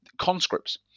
conscripts